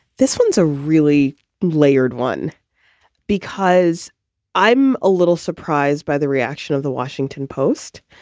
this one's a really layered one because i'm a little surprised by the reaction of the washington post.